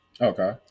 okay